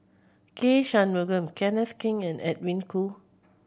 K Shanmugam Kenneth Keng and Edwin Koo